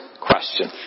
question